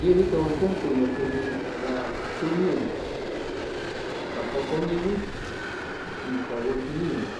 Yʉji tʉwan cumcuyjʉ teji ca cuy niwi, ca pʉpʉ niwi y ca wʉti niwi,